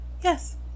Yes